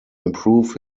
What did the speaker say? improve